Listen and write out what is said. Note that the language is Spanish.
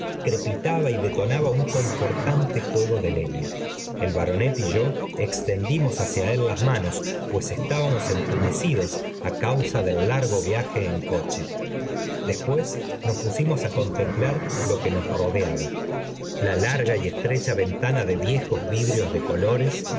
crepitaba y detonaba un confortante fuego de leña el baronet y yo extendimos hacia él las manos pues estábamos enternecidos á causa del largo viaje en coche besuée nos pusimos á contemplar lo que nos rodeaba la larga y estrecha ventana de viejos vidrios de colofes